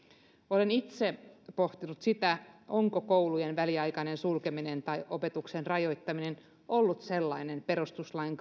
olen itse pohtinut sitä onko koulujen väliaikainen sulkeminen tai opetuksen rajoittaminen ollut sellainen perustuslain